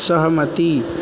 सहमति